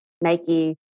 Nike